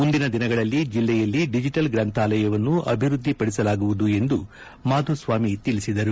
ಮುಂದಿನ ದಿನಗಳಲ್ಲಿ ಜಿಲ್ಲೆಯಲ್ಲಿ ಡಿಜಿಟಲ್ ಗ್ರಂಥಾಲಯವನ್ನು ಅಭಿವೃದ್ದಿಪಡಿಸಲಾಗುವುದು ಎಂದು ಅವರು ತಿಳಿಸಿದರು